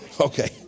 okay